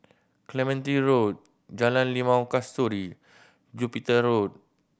Clementi Road Jalan Limau Kasturi Jupiter Road